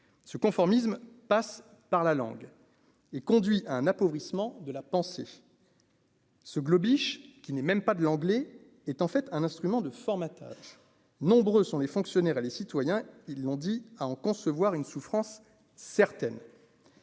ce conformisme passe par la langue et conduit à un appauvrissement de la pensée. Ce globish qui n'est même pas de l'anglais est en fait un instrument de formatage, nombreux sont les fonctionnaires et les citoyens, ils l'ont dit à en concevoir une souffrance certaines.